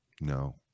No